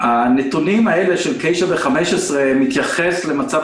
הנתונים האלה של 9 ו-15 מתייחסים למצב